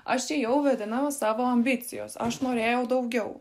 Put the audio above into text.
aš ėjau vedina savo ambicijos aš norėjau daugiau